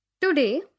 Today